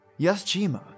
Yaschima